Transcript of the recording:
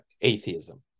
atheism